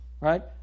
Right